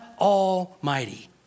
almighty